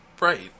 Right